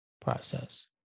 process